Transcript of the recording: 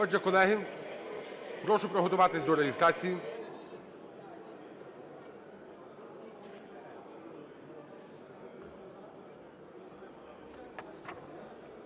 Отже, колеги, прошу приготуватись до реєстрації.